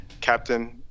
captain